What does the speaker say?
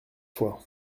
fois